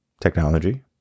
Technology